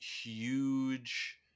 huge